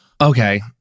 Okay